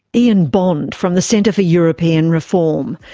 ian bond from the centre for european reform.